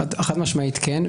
חד משמעית, כן.